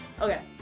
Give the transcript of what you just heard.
Okay